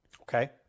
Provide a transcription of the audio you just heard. Okay